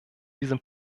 diesem